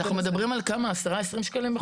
אנחנו מדברים על 20-10 שקלים בחודש.